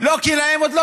נראה לי.